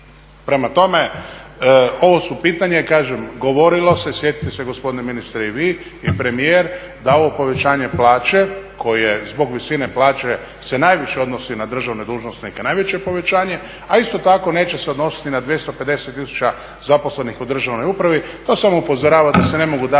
Prema tome, ovo su pitanja. Kažem govorilo se, sjetite se gospodine ministre i vi i premijer da ovo povećanje plaće koje zbog visine plaće se najviše odnosi na državne dužnosnike, najveće povećanje, a isto tako neće se odnositi na 250000 zaposlenih u državnoj upravi. To samo upozorava da se ne mogu davati